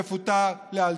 יפוטר לאלתר.